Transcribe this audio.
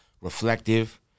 reflective